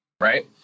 right